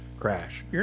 Crash